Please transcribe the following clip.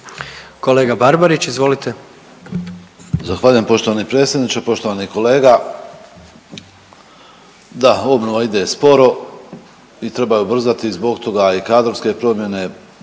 **Barbarić, Nevenko (HDZ)** Zahvaljujem poštovani predsjedniče, poštovani kolega. Da, obnova ide sporo i treba je ubrzati, zbog toga i kadrovske promjene,